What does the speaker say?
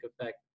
effect